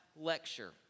Lecture